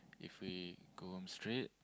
if we go home straight